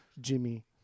Jimmy